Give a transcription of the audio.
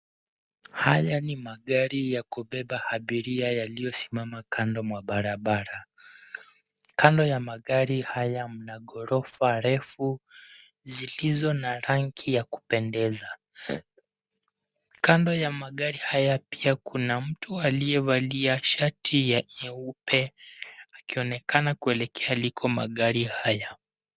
Haya ni magari ya kubebea abiria yaliyosimama kando mwa barabara. Kando ya magari haya mna ghorofa refu zilizo na rangi ya kupendeza. Kando ya magari haya pia kuna mtu aliyevalia shati nyeupe akionekana kuelekea liko magari haya.